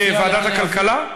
לוועדת הכלכלה.